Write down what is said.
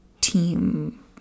team